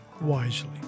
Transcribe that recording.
wisely